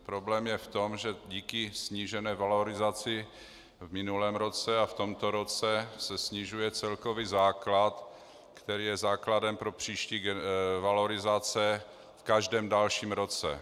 Problém je v tom, že díky snížené valorizaci v minulém a v tomto roce se snižuje celkový základ, který je základem pro příští valorizace v každém dalším roce.